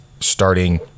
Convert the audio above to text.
starting